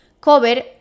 cover